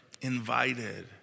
invited